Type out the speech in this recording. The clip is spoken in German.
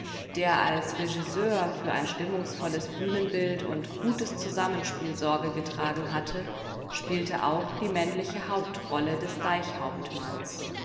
der als regisseur für ein stimmungsvolles bühnenbild und gutes zusammenspiel sorge getragen hatte spielte auch die männliche hauptrolle des